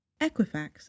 Equifax